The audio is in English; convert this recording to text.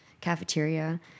cafeteria